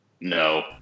No